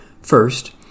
First